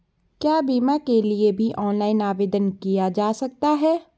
क्या बीमा के लिए भी ऑनलाइन आवेदन किया जा सकता है?